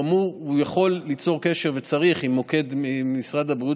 הוא יכול וצריך ליצור קשר עם מוקד משרד הבריאות,